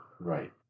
Right